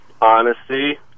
honesty